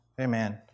Amen